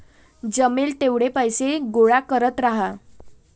जमेल तेवढे पैसे गोळा करत राहा